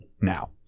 now